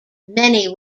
many